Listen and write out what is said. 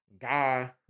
guy